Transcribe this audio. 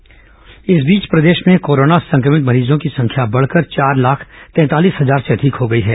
corona समाचार इस बीच प्रदेश में कोरोना संक्रमित मरीजों की संख्या बढ़कर चार लाख तैंतालीस हजार से अधिक हो गई है